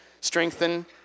strengthen